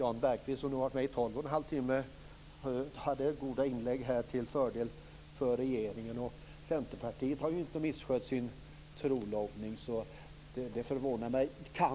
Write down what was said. Jan Bergqvist, som har varit med 12 1⁄2 timmar, hade goda inlägg till fördel för regeringen. Centerpartiet har inte misskött sin trolovning. Det förvånar mig.